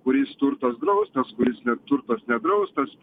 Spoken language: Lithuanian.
kuris turtas draustas kuris turtas nedraustas